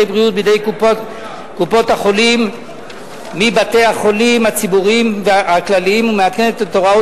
בריאות בידי קופות-החולים מבתי-החולים הציבוריים הכלליים ומעדכנת את הוראות